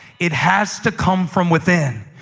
it has to come from within.